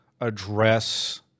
address